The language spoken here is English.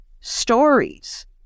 stories